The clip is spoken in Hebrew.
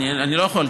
אני לא יכול,